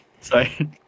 Sorry